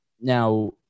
Now